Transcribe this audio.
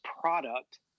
product